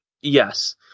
Yes